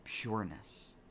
Pureness